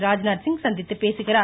ராஜ்நாத்சிங் சந்தித்து பேசுகிறார்